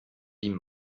wie